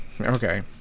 Okay